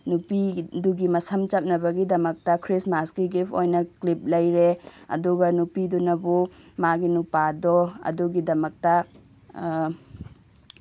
ꯅꯨꯄꯤꯗꯨꯒꯤ ꯃꯁꯝ ꯆꯞꯅꯕꯒꯤꯗꯃꯛꯇ ꯈ꯭ꯔꯤꯁꯃꯥꯁꯀꯤ ꯒꯤꯐ ꯑꯣꯏꯅ ꯀ꯭ꯂꯤꯞ ꯂꯩꯔꯦ ꯑꯗꯨꯒ ꯅꯨꯄꯤꯗꯨꯅꯕꯨ ꯃꯥꯒꯤ ꯅꯨꯄꯥꯗꯣ ꯑꯗꯨꯒꯤꯗꯃꯛꯇ